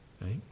Right